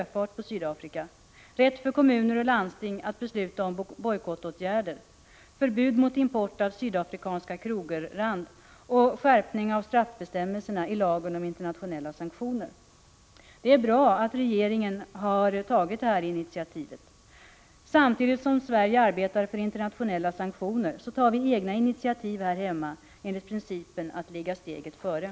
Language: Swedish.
Det är bra att regeringen har tagit det här initiativet. Samtidigt som Sverige arbetar för internationella sanktioner tar vi egna initiativ här hemma enligt principen att ligga steget före.